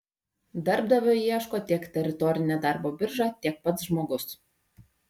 darbdavio ieško tiek teritorinė darbo birža tiek pats žmogus